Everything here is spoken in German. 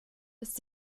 ist